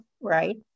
right